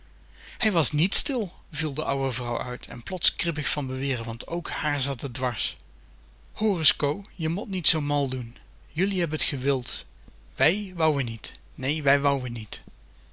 hij was nièt stil viel de ouwe vrouw uit en plots kribbig van beweren want k hààr zat t dwars hoor is co je mot niet zoo mal doen jullie hebben t g e wil d wij wouen niet